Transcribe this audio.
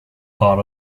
part